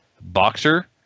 Boxer